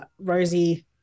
Rosie